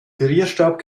pürierstab